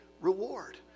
reward